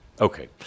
Okay